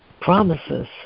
Promises